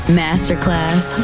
masterclass